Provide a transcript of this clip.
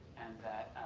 and that